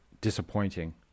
disappointing